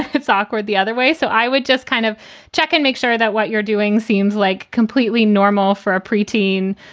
it's awkward the other way. so i would just kind of check and make sure that what you're doing seems like completely normal for a pre-teen,